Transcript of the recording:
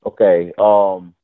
Okay